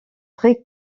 très